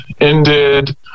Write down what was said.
ended